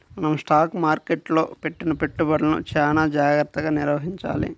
మనం స్టాక్ మార్కెట్టులో పెట్టిన పెట్టుబడులను చానా జాగర్తగా నిర్వహించాలి